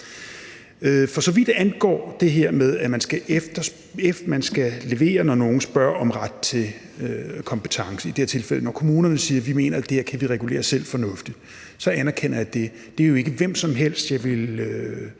For så vidt angår det her med, at man skal levere, når nogen spørger om ret til kompetence – i det her tilfælde, at kommunerne siger, at det her kan de selv regulere fornuftigt – så anerkender jeg det. Det er jo ikke hvem som helst, jeg ville